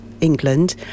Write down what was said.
England